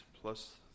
plus